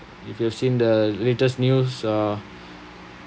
if you've seen the latest news uh